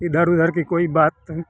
इधर उधर की कोई बात हो